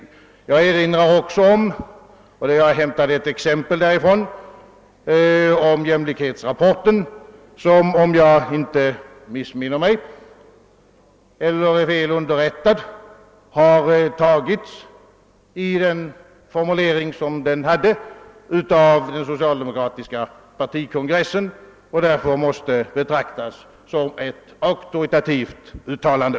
Jag hämtade ett exempel från jämlikhetsrapporten, och om jag inte är felaktigt underrättad har den formuleringen antagits av den socialdemokratiska partikongressen och måste därför betraktas som ett auktoritativt uttalande.